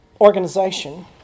organization